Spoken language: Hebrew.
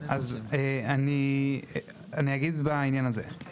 אז אני אגיד בעניין הזה.